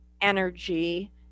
energy